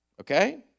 Okay